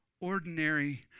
Ordinary